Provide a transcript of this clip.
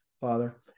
father